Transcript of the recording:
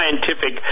scientific